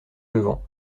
levant